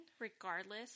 Regardless